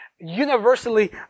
universally